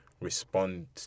respond